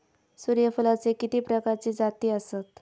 सूर्यफूलाचे किती प्रकारचे जाती आसत?